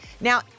Now